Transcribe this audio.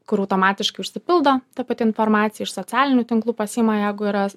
kur automatiškai užsipildo ta pati informacija iš socialinių tinklų pasiima jeigu yra